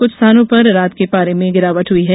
कुछ स्थानों पर रात के पारे में गिरावट हुई है